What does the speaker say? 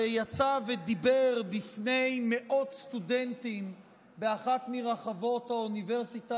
שיצא ודיבר בפני מאות סטודנטים באחת מרחבות האוניברסיטה